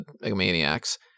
maniacs